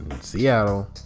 Seattle